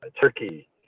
Turkey